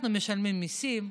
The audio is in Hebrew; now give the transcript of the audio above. אנחנו משלמים מיסים,